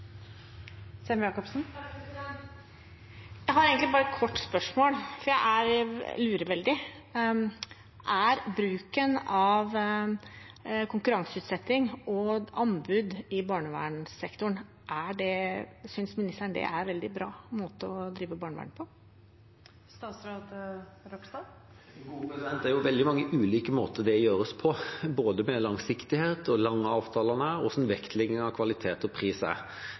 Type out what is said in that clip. jeg lurer veldig: Synes ministeren bruken av konkurranseutsetting og anbud i barnevernssektoren er en veldig bra måte å drive barnevern på? Det er veldig mange ulike måter det gjøres på, både når det gjelder langsiktighet og lange avtaler og hvordan vektleggingen av kvalitet og pris er.